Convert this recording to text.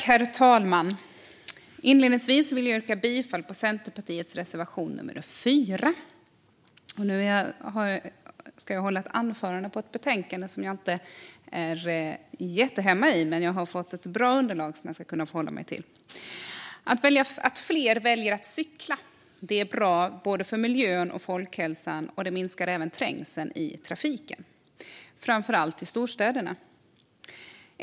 Herr talman! Jag vill inledningsvis yrka bifall till Centerpartiets reservation nr 4. Jag ska nu hålla ett anförande om ett betänkande som jag inte är jättehemma i, men jag har fått ett bra underlag som jag ska kunna hålla mig till. Att fler väljer att cykla är bra för både miljön och folkhälsan. Det minskar även trängseln i trafiken, framför allt i storstäderna.